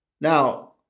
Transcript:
Now